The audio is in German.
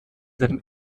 seinem